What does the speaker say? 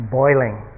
boiling